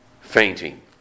fainting